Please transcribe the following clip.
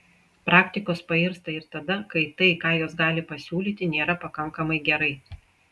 praktikos pairsta ir tada kai tai ką jos gali pasiūlyti nėra pakankamai gerai